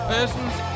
Persons